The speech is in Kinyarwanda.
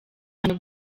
cyane